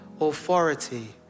authority